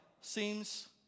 seems